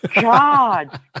God